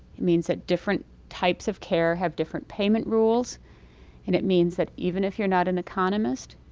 it means that different types of care have different payment rules and it means that even if you're not an economist,